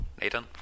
Nathan